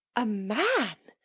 a man?